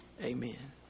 Amen